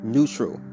neutral